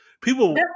people